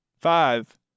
Five